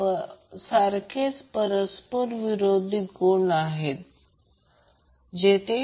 तर ω2 ω 1 1 LC ω0 2 ω0 2 C मिळेल